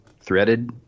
threaded